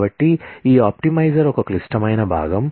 కాబట్టి ఈ ఆప్టిమైజర్ ఒక క్లిష్టమైన భాగం